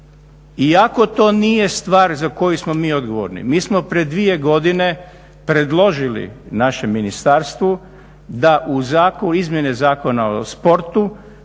Iako to nije stvar za koju smo mi odgovorni. Mi smo pred dvije godine predložili našem ministarstvu da u izmjene Zakona o sportu